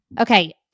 Okay